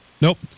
Nope